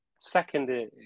second